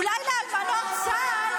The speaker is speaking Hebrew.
אולי לאלמנות צה"ל,